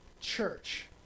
church